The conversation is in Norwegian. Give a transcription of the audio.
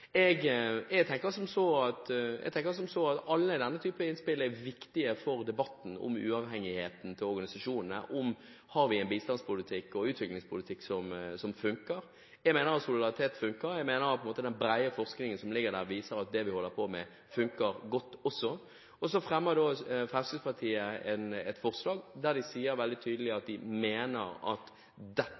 Jeg tenker som så at alle typer innspill er viktige for debatten om uavhengigheten til organisasjonene, og om vi har en bistands- og utviklingspolitikk som funker. Jeg mener at solidaritet funker. Jeg mener at den brede forskningen som ligger der, viser at det vi holder på med, også funker godt. Så fremmer Fremskrittspartiet et forslag der de sier veldig tydelig at de mener at dette, dvs. større krav til egenandel, mer «fundraising» gjort av organisasjoner, er det